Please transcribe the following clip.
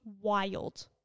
wild